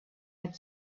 had